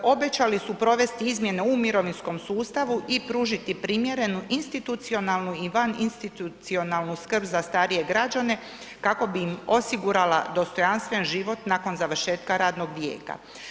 Obećali su provesti izmjene u mirovinskom sustavu i pružiti primjerenu institucionalnu i vaninstitucionalnu skrb za starije građane kako bi ih osigurala dostojanstven život nakon završetka radnog vijeka.